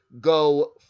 go